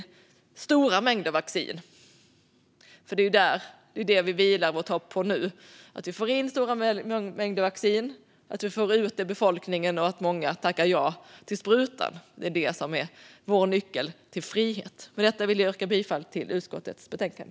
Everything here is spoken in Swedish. Extra ändringsbudget för 2021 - Förlängda ersättningar på sjuk-försäkringsområdet, stöd till företag, kultur och idrott samt andra åtgärder med anled-ning av coronaviruset Nu vilar vårt hopp på att vi får in stora mängder vaccin, att vi får ut dem i befolkningen och att många tackar ja till sprutan. Det är det som är vår nyckel till frihet. Med detta vill jag yrka bifall till utskottets förslag.